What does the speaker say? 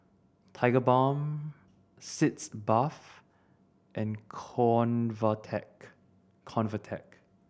Tigerbalm Sitz Bath and Convatec Convatec